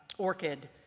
orcid,